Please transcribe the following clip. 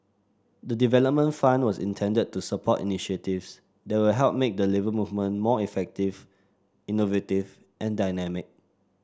the development fund was intended to support initiatives that will help make the Labour Movement more effective innovative and dynamic